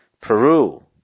Peru